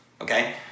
Okay